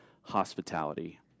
hospitality